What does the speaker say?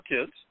kids